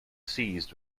seized